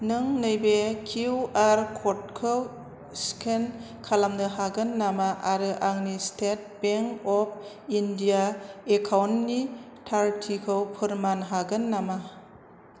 नों नैबे किउआर कडखौ स्केन खालामनो हागोन नामा आरो आंनि स्टेट बेंक अफ इण्डिया एकाउन्टनि थारथिखौ फोरमान हागोन नामा